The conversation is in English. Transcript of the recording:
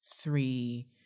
three